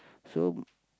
so